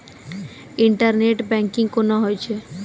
Internet banking कोना होय छै?